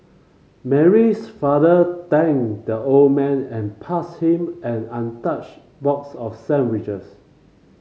Mary's father thanked the old man and passed him an untouched box of sandwiches